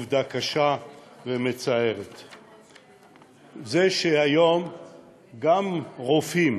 עובדה קשה ומצערת והיא שהיום גם רופאים